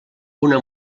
una